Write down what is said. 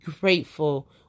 grateful